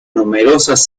numerosas